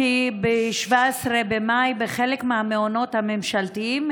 מה עם זכויות המיעוטים?